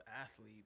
athlete